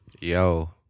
Yo